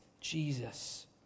Jesus